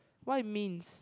what it means